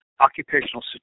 occupational